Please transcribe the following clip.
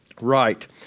Right